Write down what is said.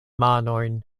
manojn